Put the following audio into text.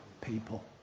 people